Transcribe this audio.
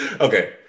Okay